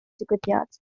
digwyddiad